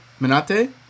Minate